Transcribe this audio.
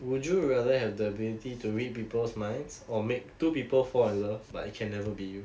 would you rather have the ability to read people's minds or make two people fall in love but it can never be you